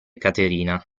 caterina